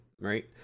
Right